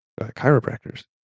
chiropractors